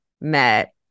met